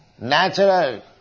natural